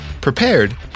prepared